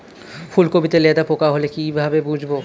ফুলকপিতে লেদা পোকা হলে কি ভাবে বুঝবো?